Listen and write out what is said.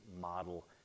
model